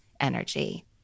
energy